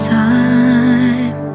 time